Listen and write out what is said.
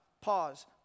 Pause